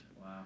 Wow